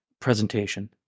presentation